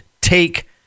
take